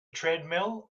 treadmill